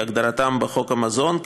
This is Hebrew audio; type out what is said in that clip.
כהגדרתם בחוק המזון,